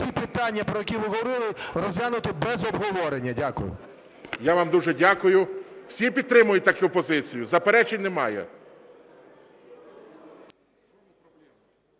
ці питання, про які ви говорили, розглянути без обговорення. Дякую. ГОЛОВУЮЧИЙ. Я вам дуже дякую. Усі підтримують таку позицію? Заперечень немає.